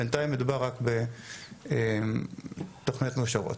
בינתיים מדובר רק בתוכניות מאושרות.